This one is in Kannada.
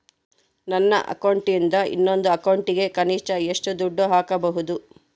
ನನ್ನ ಅಕೌಂಟಿಂದ ಇನ್ನೊಂದು ಅಕೌಂಟಿಗೆ ಕನಿಷ್ಟ ಎಷ್ಟು ದುಡ್ಡು ಹಾಕಬಹುದು?